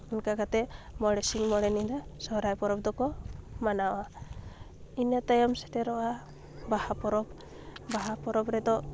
ᱮᱱᱠᱟ ᱠᱟᱛᱮ ᱢᱚᱬᱮ ᱥᱤᱧ ᱢᱚᱬᱮ ᱧᱤᱫᱟᱹ ᱥᱚᱨᱦᱟᱭ ᱯᱚᱨᱚᱵᱽ ᱫᱚᱠᱚ ᱢᱟᱱᱟᱣᱟ ᱤᱱᱟᱹ ᱛᱟᱭᱚᱢ ᱥᱮᱴᱮᱴᱨᱚᱜᱼᱟ ᱵᱟᱦᱟ ᱯᱚᱨᱚᱵᱽ ᱵᱟᱦᱟ ᱯᱚᱨᱚᱵᱽᱨᱮ ᱫᱚ